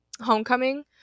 homecoming